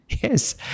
Yes